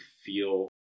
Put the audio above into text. feel